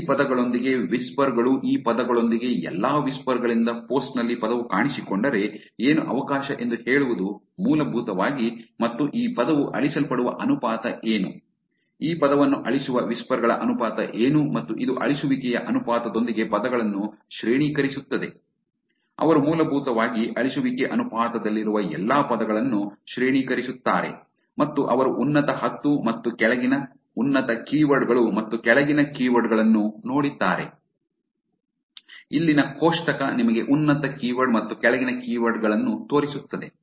ಈ ಪದಗಳೊಂದಿಗೆ ವಿಸ್ಪರ್ ಗಳು ಈ ಪದಗಳೊಂದಿಗೆ ಎಲ್ಲಾ ವಿಸ್ಪರ್ ಗಳಿಂದ ಪೋಸ್ಟ್ನಲ್ಲಿ ಪದವು ಕಾಣಿಸಿಕೊಂಡರೆ ಏನು ಅವಕಾಶ ಎಂದು ಹೇಳುವುದು ಮೂಲಭೂತವಾಗಿ ಮತ್ತು ಈ ಪದವು ಅಳಿಸಲ್ಪಡುವ ಅನುಪಾತ ಏನು ಈ ಪದವನ್ನು ಅಳಿಸುವ ವಿಸ್ಪರ್ ಗಳ ಅನುಪಾತ ಏನು ಮತ್ತು ಇದು ಅಳಿಸುವಿಕೆಯ ಅನುಪಾತದೊಂದಿಗೆ ಪದಗಳನ್ನು ಶ್ರೇಣೀಕರಿಸುತ್ತದೆ ಅವರು ಮೂಲಭೂತವಾಗಿ ಅಳಿಸುವಿಕೆ ಅನುಪಾತದಲ್ಲಿರುವ ಎಲ್ಲಾ ಪದಗಳನ್ನು ಶ್ರೇಣೀಕರಿಸುತ್ತಾರೆ ಮತ್ತು ಅವರು ಉನ್ನತ ಹತ್ತು ಮತ್ತು ಕೆಳಗಿನ ಉನ್ನತ ಕೀವರ್ಡ್ ಗಳು ಮತ್ತು ಕೆಳಗಿನ ಕೀವರ್ಡ್ ಗಳನ್ನು ನೋಡಿದ್ದಾರೆ ಇಲ್ಲಿನ ಕೋಷ್ಟಕ ನಿಮಗೆ ಉನ್ನತ ಕೀವರ್ಡ್ ಮತ್ತು ಕೆಳಗಿನ ಕೀವರ್ಡ್ ಗಳನ್ನು ತೋರಿಸುತ್ತದೆ